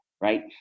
Right